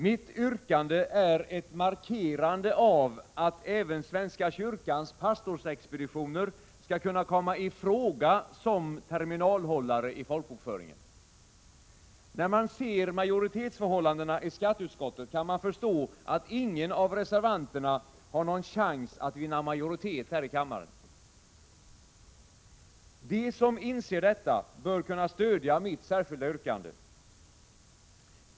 Mitt yrkande är en markering av att även svenska kyrkans pastorsexpeditioner skall kunna komma i fråga som terminalhållare i folkbokföringen. När man ser majoritetsförhållandena i skatteutskottet kan man förstå att ingen av reservanterna har någon chans att vinna majoritet här i kammaren. De som inser detta bör kunna stödja mitt särskilda yrkande.